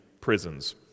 prisons